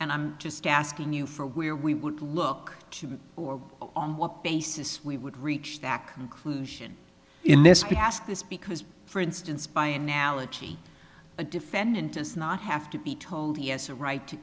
and i'm just asking you for where we would look to what basis we would reach that conclusion in this past this because for instance by analogy a defendant does not have to be told he has a right to